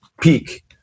peak